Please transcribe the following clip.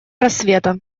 рассвета